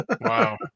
Wow